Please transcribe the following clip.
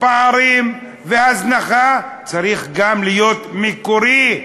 פערים והזנחה, צריך גם להיות מקורי.